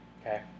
okay